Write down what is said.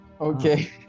Okay